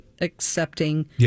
accepting